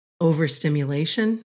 Overstimulation